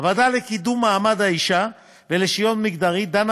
הוועדה לקידום מעמד האישה ולשוויון מגדרי דנה